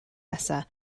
nesaf